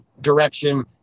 direction